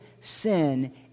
sin